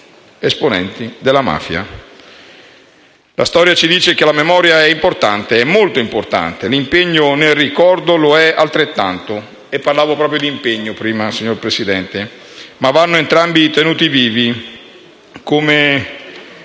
La storia ci dice che la memoria è molto importante e l'impegno nel ricordo lo è altrettanto (parlavo proprio d'impegno prima, signor Presidente), ma vanno entrambi tenuti vivi. Come